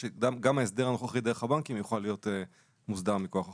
כדי שגם ההסדר הנוכחי דרך הבנקים יוכל להיות מוסדר מכוח החוק.